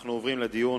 אנחנו עוברים לדיון